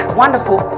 wonderful